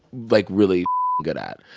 like, really good at.